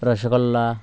rasgulla